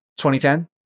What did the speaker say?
2010